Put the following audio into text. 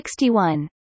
61